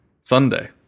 Sunday